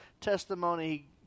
testimony